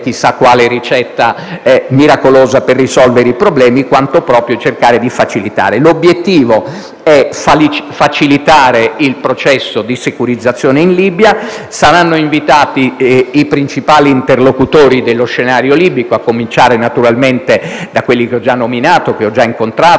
chissà quale ricetta miracolosa per risolvere i problemi, proprio per cercare di facilitare. L'obiettivo è quindi facilitare il processo di securizzazione in Libia. Saranno invitati i principali interlocutori dello scenario libico, a cominciare naturalmente da quelli che ho già nominato e che ho già incontrato: